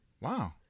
Wow